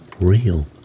real